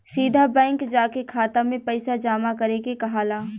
सीधा बैंक जाके खाता में पइसा जामा करे के कहाला